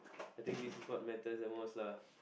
I think this is what matter the most lah